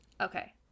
Okay